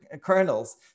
kernels